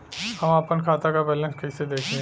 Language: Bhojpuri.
हम आपन खाता क बैलेंस कईसे देखी?